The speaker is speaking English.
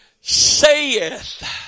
saith